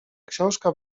książka